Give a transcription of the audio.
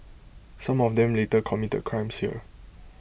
some of them later committed crimes here